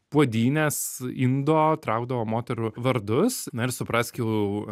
puodynės indo traukdavo moterų vardus na ir suprask jau